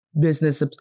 Business